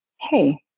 hey